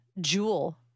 jewel